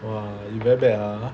!wah! you very bad ah